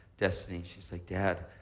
destiny, she's like, dad,